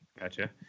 Gotcha